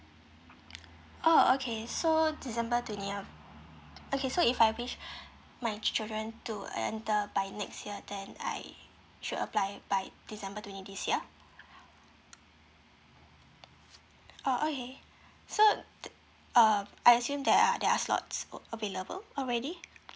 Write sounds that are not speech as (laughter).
(noise) oh okay so december twentieth okay so if I wish (breath) my children to enter by next year then I should apply by december twentieth this year oh okay so uh I assume there are there are slots available already